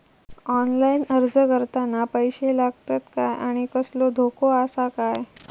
Online अर्ज करताना पैशे लागतत काय आनी कसलो धोको आसा काय?